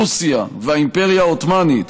רוסיה והאימפריה העות'מאנית,